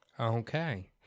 okay